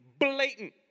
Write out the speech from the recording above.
blatant